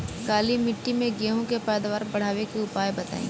काली मिट्टी में गेहूँ के पैदावार बढ़ावे के उपाय बताई?